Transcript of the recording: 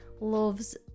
loves